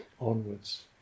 onwards